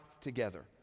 together